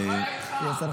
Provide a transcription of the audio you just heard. אין.